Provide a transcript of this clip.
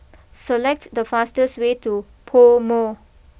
select the fastest way to Pomo